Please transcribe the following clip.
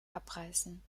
abreißen